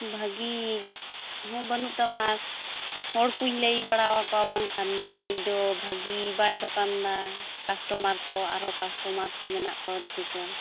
ᱵᱷᱟᱹᱜᱤ ᱦᱚᱸ ᱵᱟᱹᱱᱩᱜ ᱛᱟᱢᱟ ᱟᱨ ᱦᱚᱲ ᱠᱚᱧ ᱞᱟᱹᱭ ᱵᱟᱲᱟ ᱟᱠᱚᱣᱟ ᱵᱟᱝ ᱠᱷᱟᱱ ᱡᱮ ᱱᱩᱭ ᱫᱚ ᱵᱷᱟᱹᱜᱤ ᱵᱟᱭ ᱫᱚᱠᱟᱱᱮᱫᱟ ᱠᱟᱥᱴᱳᱢᱟᱨ ᱠᱚ ᱟᱨᱚ ᱠᱟᱥᱴᱳᱢᱟᱨ ᱠᱚ ᱢᱮᱱᱟᱜ ᱠᱚᱣᱟ ᱩᱱᱠᱩ ᱠᱚ